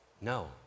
No